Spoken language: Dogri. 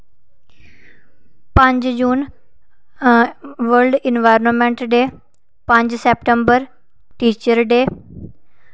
पंज जून वर्ल्ड एनवायरामैंट डे पंज सैप्टेम्बर टीचर डे